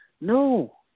No